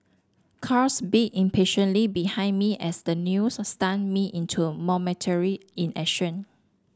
cars beeped impatiently behind me as the news stunned me into momentary inaction